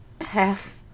half